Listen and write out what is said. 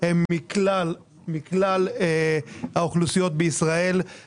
את כל אחד מעניינת חלקת האלוקים הקטנה שלו,